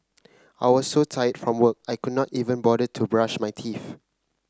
I was so tired from work I could not even bother to brush my teeth